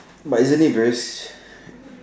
but isn't it very